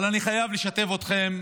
אבל אני חייב לשתף אתכם.